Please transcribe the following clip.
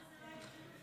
למה זה לא הטריד אתכם,